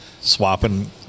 swapping